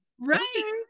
right